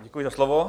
Děkuji za slovo.